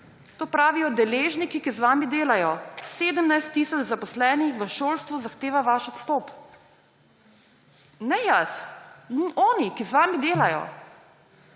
to pravijo deležniki, ki z vami delajo, 17 tisoč zaposlenih v šolstvu zahteva vaš odstop, ne jaz, oni, ki z vami delajo.